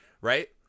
Right